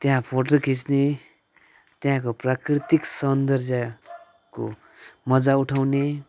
त्यहाँ फोटो खिच्ने त्यहाँको प्राकृतिक सौन्दर्यको मजा उठाउने